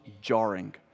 jarring